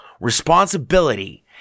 responsibility